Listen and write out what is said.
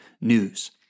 news